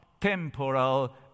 Temporal